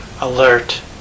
alert